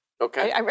Okay